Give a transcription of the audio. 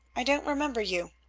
i don't remember you.